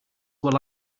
were